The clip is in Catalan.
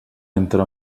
entra